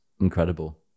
incredible